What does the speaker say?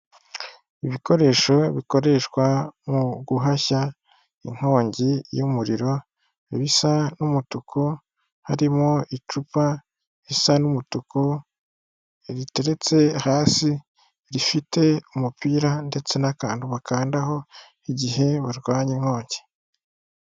Ibikoresho bikoreshwa uhashya inkongi y'umuriro, bisa n'umutuku harimo icupa risa n'umutuku, riteretse hasi rifite umupira ndetse n'akantu bakanda igihe barwanya inkongi.